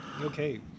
Okay